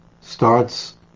starts